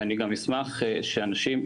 ואני גם אשמח שאנשים,